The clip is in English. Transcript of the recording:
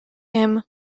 him